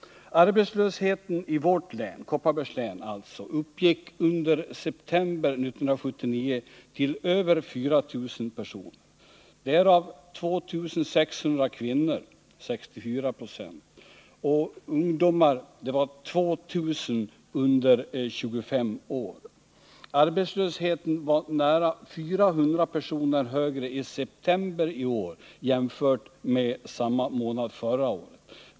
Arbetslösheten i Kopparbergs län under september 1979 uppgick till över 4 000 personer, därav 2 600 kvinnor, 64 26, samt 2 000 ungdomar under 25 år. Arbetslösheten var nära 400 personer högre i september i år jämfört med samma månad förra året.